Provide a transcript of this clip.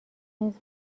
نیز